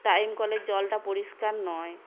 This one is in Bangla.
টাইম কলে জলটা পরিষ্কার নয়